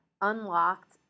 unlocked